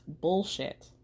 bullshit